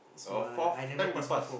oh fourth time you pass